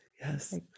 Yes